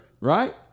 Right